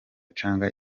canke